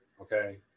okay